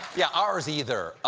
yeah, ours either.